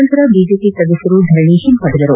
ನಂತರ ಬಿಜೆಪಿ ಸದಸ್ಯರು ಧರಣಿ ಹಿಂಪಡೆದರು